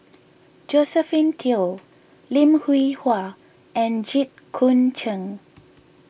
Josephine Teo Lim Hwee Hua and Jit Koon Ch'ng